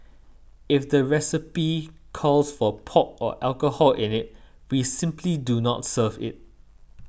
if the recipe calls for pork or alcohol in it we simply do not serve it